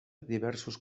diversos